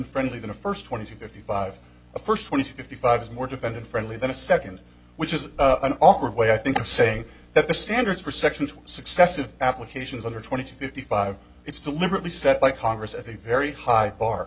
friendly than a first twenty to fifty five a first twenty to fifty five is more defended friendly than a second which is an awkward way i think of saying that the standards for section two successive applications under twenty fifty five it's deliberately set by congress as a very high bar